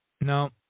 no